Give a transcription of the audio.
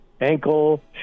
ankle